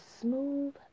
smooth